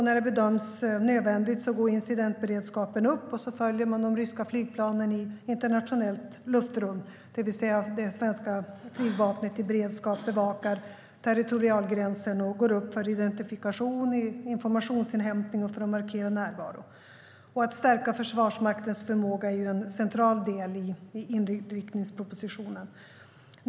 När det bedöms nödvändigt går incidentberedskapen upp och följer de ryska flygplanen i internationellt luftrum, det vill säga att det svenska flygvapnet är i beredskap, bevakar territorialgränsen, går upp för identifikation och informationsinhämtning och för att markera närvaro. Att stärka Försvarsmaktens förmåga är ju en central del i inriktningspropositionen.